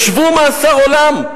ישבו במאסר עולם.